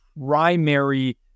primary